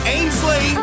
Ainsley